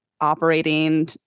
operating